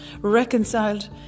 reconciled